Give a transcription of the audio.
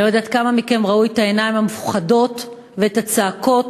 אני לא יודעת כמה מכם ראו את העיניים המפוחדות ואת הצעקות